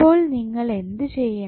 അപ്പോൾ നിങ്ങൾ എന്തു ചെയ്യണം